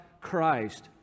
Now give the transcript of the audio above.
Christ